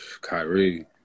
Kyrie